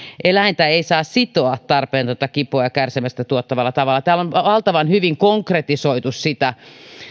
eläintä ei saa sitoa tarpeetonta kipua ja kärsimystä tuottavalla tavalla täällä on valtavan hyvin konkretisoitu sitä